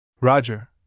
Roger